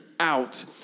out